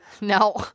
No